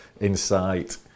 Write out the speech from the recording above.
insight